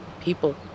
people